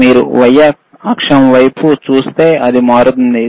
మీరు y అక్షం వైపు చూస్తే అది మారుతోంది